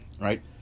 right